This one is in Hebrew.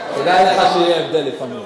תדע לך שיהיה הבדל לפעמים.